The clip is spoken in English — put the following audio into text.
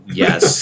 yes